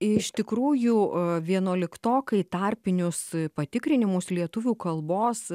iš tikrųjų vienuoliktokai tarpinius patikrinimus lietuvių kalbos